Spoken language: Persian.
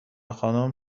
خانوم